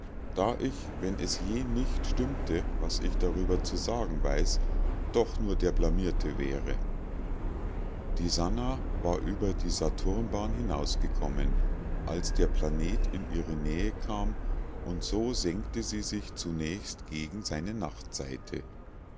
da ich wenn es je nicht stimmte was ich darüber zu sagen weiß doch nur der blamierte wäre die sannah war über die saturnbahn hinausgekommen als der planet in ihre nähe kam und so senkte sie sich zunächst gegen seine nachtseite